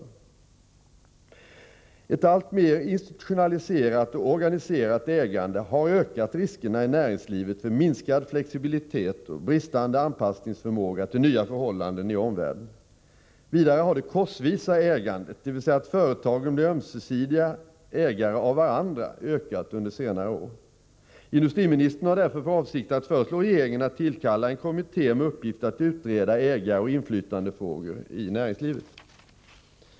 o Ett alltmer institutionaliserat och organiserat ägande har ökat riskerna i näringslivet för minskad flexibilitet och bristande förmåga till anpassning till nya förhållanden i omvärlden. Vidare har det korsvisa ägandet — dvs. att företagen blir ömsesidiga ägare av varandra — ökat under senare år. Industriministern har därför för avsikt att föreslå regeringen att tillkalla en kommitté med uppgift att utreda ägaroch inflytandefrågor i näringslivet.